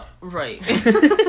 Right